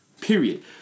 Period